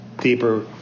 deeper